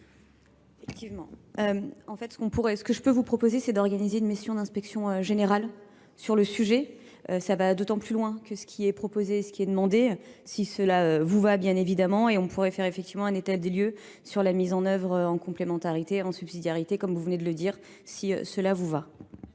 Effectivement. En fait, ce que je peux vous proposer, c'est d'organiser une mission d'inspection générale sur le sujet. Ça va d'autant plus loin que ce qui est proposé et ce qui est demandé, si cela vous va, bien évidemment, et on pourrait faire effectivement un état des lieux sur la mise en œuvre en complémentarité, en subsidiarité, comme vous venez de le dire, si cela vous va.